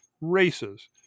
races